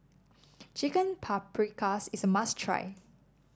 Chicken Paprikas is a must try